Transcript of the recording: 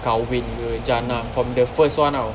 kahwin ke jannah from the first [one] [tau]